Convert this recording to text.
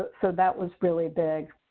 so that was really big.